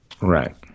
right